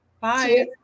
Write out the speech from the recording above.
Bye